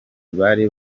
bari